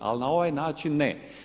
Ali na ovaj način ne.